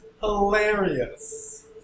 hilarious